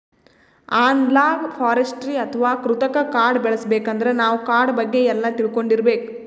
analogue forestry ಅಥವಾ ಕೃತಕ್ ಕಾಡ್ ಬೆಳಸಬೇಕಂದ್ರ ನಾವ್ ಕಾಡ್ ಬಗ್ಗೆ ಎಲ್ಲಾ ತಿಳ್ಕೊಂಡಿರ್ಬೇಕ್